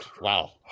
wow